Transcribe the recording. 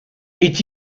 est